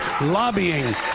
lobbying